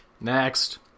Next